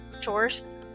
chores